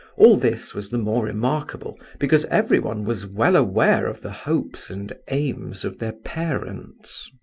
all this was the more remarkable, because everyone was well aware of the hopes and aims of their parents.